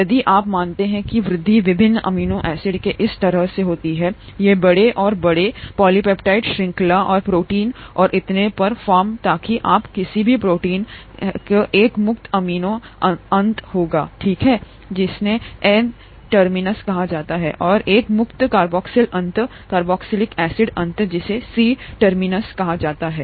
यदि आप मानते हैं कि वृद्धि विभिन्न अमीनो एसिड के इस तरह से होती है बड़े और बड़े पॉलीपेप्टाइड श्रृंखला और प्रोटीन और इतने पर फार्म ताकि आप किसी भी प्रोटीन है एक मुक्त एमिनो अंत होगा ठीक है जिसे एन टर्मिनस कहा जाता है और एक मुफ्त कार्बोक्सिल अंत कार्बोक्जिलिक एसिड अंत जिसे सी टर्मिनस कहा जाता है